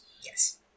Yes